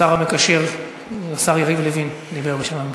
השר המקשר יריב לוין דיבר בשם הממשלה.